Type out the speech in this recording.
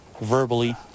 verbally